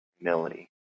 Humility